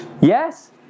Yes